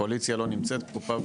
קואליציה לא נמצאת פה,